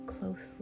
closely